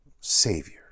savior